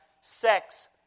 sex